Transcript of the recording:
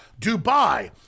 Dubai